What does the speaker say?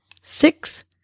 six